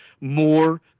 more